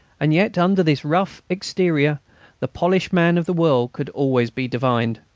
and yet under this rough exterior the polished man of the world could always be divined.